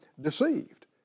deceived